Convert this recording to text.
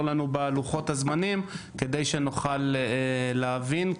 לנו בלוחות הזמנים כדי שנוכל להבין.